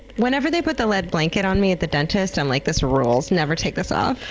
whenever they put the lead blanket on me at the dentist, i'm like, this rules. never take this off.